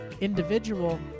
individual